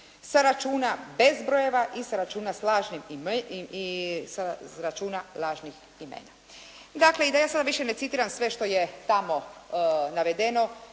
sa računa bez brojeva i sa računa lažnih imena. Dakle, i da ja sada više ne citiram sve što je tamo navedeno